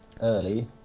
early